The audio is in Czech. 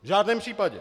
V žádném případě!